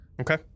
Okay